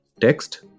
text